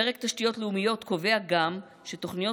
פרק תשתיות לאומיות קובע גם שתוכניות